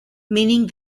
meaning